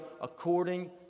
according